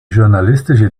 journalistische